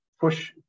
push